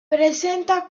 presenta